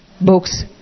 books